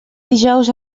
dijous